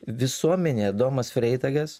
visuomenėje adomas freitagas